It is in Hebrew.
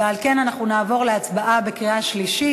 ועל כן אנחנו נעבור להצבעה בקריאה שלישית.